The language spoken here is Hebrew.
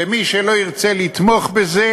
ומי שלא ירצה לתמוך בזה,